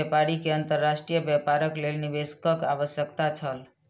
व्यापारी के अंतर्राष्ट्रीय व्यापारक लेल निवेशकक आवश्यकता छल